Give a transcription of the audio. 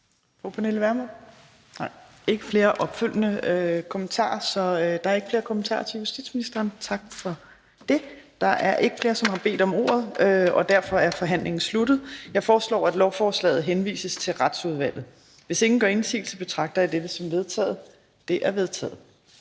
Tak for det, og der er ikke flere opfølgende kommentarer til justitsministeren. Der er ikke flere, der har bedt om ordet, og derfor er forhandlingen sluttet. Jeg foreslår, at lovforslaget henvises til Retsudvalget. Hvis ingen gør indsigelse, betragter jeg det som vedtaget. Det er vedtaget.